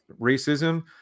racism